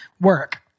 work